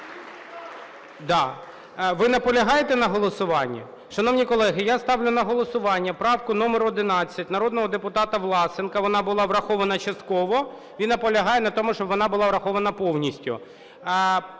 Ви наполягаєте на голосуванні? Шановні колеги, я ставлю на голосування правку номер 11, народного депутата Власенка. Вона була врахована частково. Він наполягає на тому, щоб вона була врахована повністю.